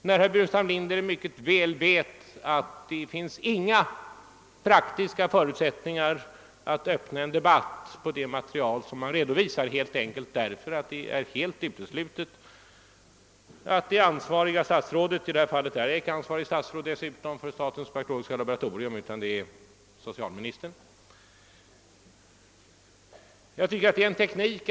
Herr Burenstam Linder vet mycket väl att det inte finns några praktiska förutsättningar att öppna en debatt på det material han redovisar, helt enkelt därför att det är helt uteslutet att det ansvariga statsrådet — jag är för övrigt inte ansvarigt statsråd när det gäller statens bakteriologiska laboratorium utan det är socialministern — att ha tillgång till erforderliga detaljuppgifter.